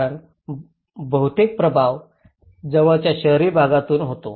कारण बहुतेक प्रभाव जवळच्या शहरी भागातून होतो